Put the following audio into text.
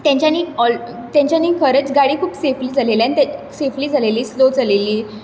तेंच्यांनी ऑल तेंच्यांनी खरेंच गाडी खूब सेफली चलयली आनी ते सेफली चलयली स्लो चलयली